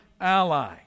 ally